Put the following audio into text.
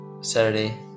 Saturday